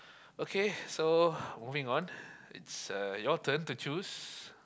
okay so moving on it's uh your turn to choose